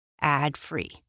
ad-free